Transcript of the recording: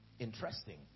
interesting